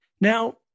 Now